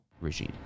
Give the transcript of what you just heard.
regime